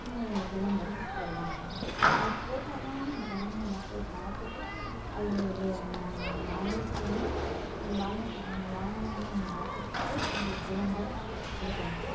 இந்த விளம்பரம் போடுவாங்கள் அது போட்டால்தானே ஜனங்கள் மக்கள் பார்த்துட்டு அதுபோல் வே இது வாங்கிக்கின்னு வாங்கிப்ப வாங்க வாங்கன்னு ஆசைப்பட்டு ஒரு விளம்பரம் கொடுப்பாங்க